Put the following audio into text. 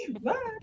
Bye